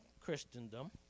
Christendom